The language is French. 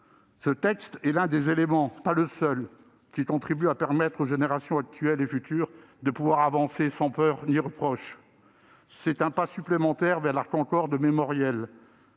Ce texte est l'un des éléments- pas le seul -permettant aux générations actuelles et futures d'avancer sans peur ni reproche. C'est un pas supplémentaire vers la concorde mémorielle.